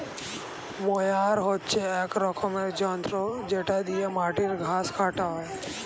mower হচ্ছে এক রকমের যন্ত্র যেটা দিয়ে মাটির ঘাস কাটা হয়